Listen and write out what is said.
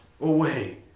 away